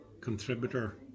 contributor